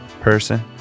person